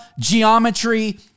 geometry